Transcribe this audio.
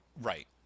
right